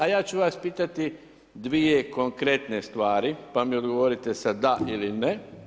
A ja ću vas pitati dvije konkretne stvari pa mi odgovorite sa da ili ne.